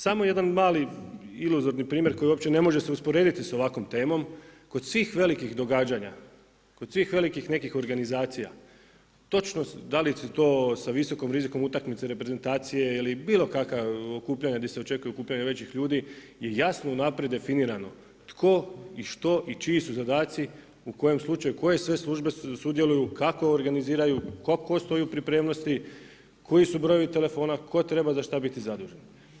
Samo jedan mali iluzorni primjer koji uopće ne može se usporediti sa ovakvom temom, kod svih velikih događanja, kod svih velikih nekih organizacija, točno, da li su to sa visokim rizikom utakmice, reprezentacije ili bilo kakva okupljanja gdje se očekuje okupljanje većih ljudi je jasno unaprijed definirano tko i što i čiji su zadaci, u kojem slučaju, koje sve službe sudjeluju, kako organiziraju, tko stoji u pripremnosti, koji su brojevi telefona, tko treba za šta biti zadužen.